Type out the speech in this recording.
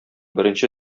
беренче